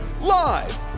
Live